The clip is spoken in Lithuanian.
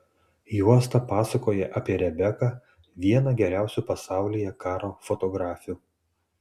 juosta pasakoja apie rebeką vieną geriausių pasaulyje karo fotografių